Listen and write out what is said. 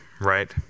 right